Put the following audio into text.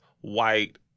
white